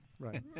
Right